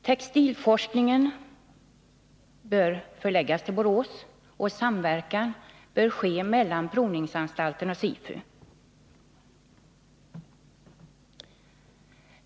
Textilforskningen bör förläggas till Borås och samverkan bör ske mellan Provningsanstalten och SIFU.